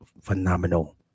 phenomenal